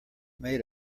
made